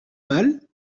mal